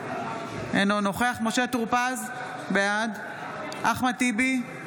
אינו נוכח משה טור פז, בעד אחמד טיבי,